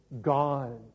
god